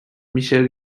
michel